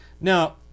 Now